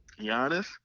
Giannis